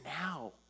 now